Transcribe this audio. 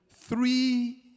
three